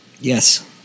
Yes